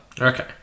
Okay